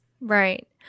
Right